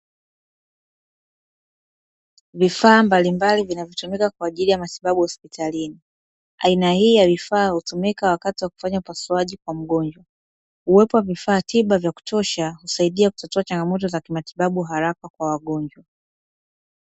Vifaa mbalimbali vinavyotumika kwa ajili ya matibabu hospitalini, aina hii ya vifaa hutumika wakati wa kufanya upasuaji kwa mgonjwa. Uwepo wa vifaa tiba vya kutosha, husaidia kutatua changamoto za kimatibabu haraka kwa wagonjwa.